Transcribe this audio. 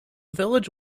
village